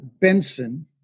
Benson